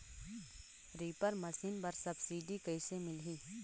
Reaper machine बर subsidy कइसे मिलही?